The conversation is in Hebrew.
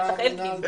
אלקין.